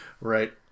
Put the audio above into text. Right